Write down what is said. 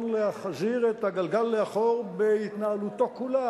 להחזיר את הגלגל לאחור בהתנהלותו כולה,